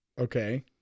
Okay